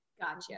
Gotcha